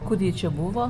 kur ji čia buvo